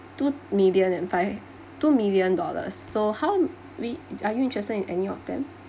two million and five two million dollars so how we are you interested in any of them